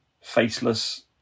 faceless